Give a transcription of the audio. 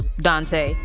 Dante